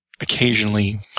occasionally